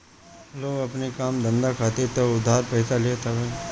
लोग अपनी काम धंधा खातिर तअ उधार पइसा लेते हवे